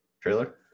trailer